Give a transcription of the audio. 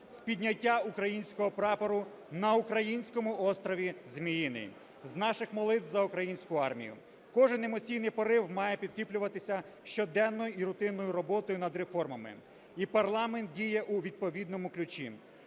з підняття українського прапору на українському острові Зміїний, з наших молитов за українську армію. Кожен емоційний порив має підкріплюватися щоденною і рутинною роботою над реформами. І парламент діє у відповідному ключі.